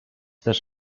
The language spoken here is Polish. też